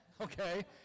okay